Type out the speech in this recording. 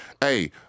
Hey